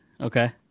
Okay